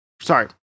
sorry